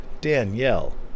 Danielle